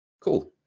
cool